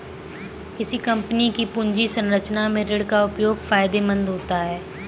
किसी कंपनी की पूंजी संरचना में ऋण का उपयोग फायदेमंद होता है